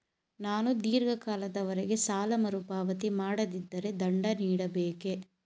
ನಾನು ಧೀರ್ಘ ಕಾಲದವರೆ ಸಾಲ ಮರುಪಾವತಿ ಮಾಡದಿದ್ದರೆ ದಂಡ ನೀಡಬೇಕೇ?